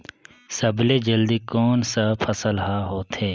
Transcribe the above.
सबले जल्दी कोन सा फसल ह होथे?